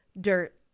dirt